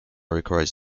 requires